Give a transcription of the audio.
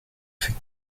fait